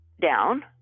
down